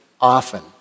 often